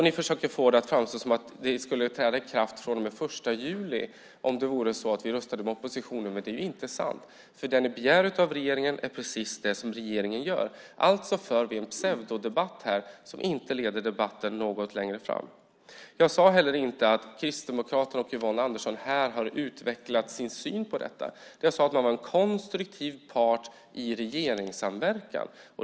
Ni försöker få det att framstå som att det ska träda i kraft den 1 juli om vi röstar med oppositionen. Det är inte sant. Det ni begär av regeringen är precis det som regeringen gör. Alltså för vi en pseudodebatt som inte leder debatten framåt. Jag sade inte heller att Kristdemokraterna och Yvonne Andersson här har utvecklat sin syn på detta. Jag sade att de var en konstruktiv part i regeringssamverkan.